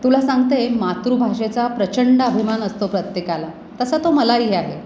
तुला सांगते मातृभाषेचा प्रचंड अभिमान असतो प्रत्येकाला तसा तो मलाही आहे